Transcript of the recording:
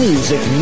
Music